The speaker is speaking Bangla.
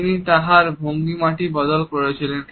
তিনি তাঁহার ভঙ্গিমাটি বদল করেছিলেন